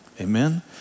amen